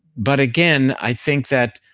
but again, i think that